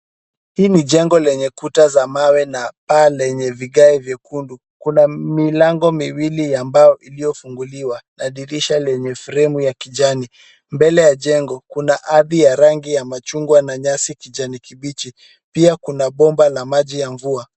Hii ni jengo lenye kuta za mawe na paa lenye vigae vyekundu. Kuna milango miwili ya mbao iliyofunguliwa na dirisha lenye fremu ya kijani. Mbele ya jengo, kuna ardhi ya rangi ya machungwa na nyasi kijani kibichi. Pia kuna bomba ya maji ya mvua.